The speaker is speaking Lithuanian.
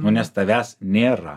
nu nes tavęs nėra